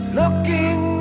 looking